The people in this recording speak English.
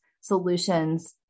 solutions